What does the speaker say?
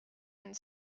and